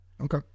Okay